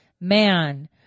Man